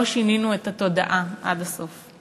לא שינינו את התודעה עד הסוף.